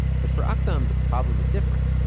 but for aktham, the problem is different.